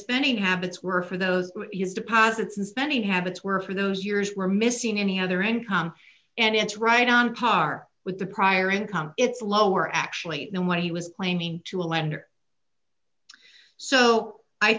spending habits were for those deposits and spending habits where for those years were missing any other income and it's right on par with the prior income it's lower actually know what he was claiming to a lender so i